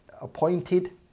appointed